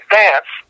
dance